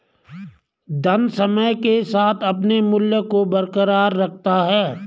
धन समय के साथ अपने मूल्य को बरकरार रखता है